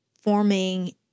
forming